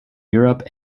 europe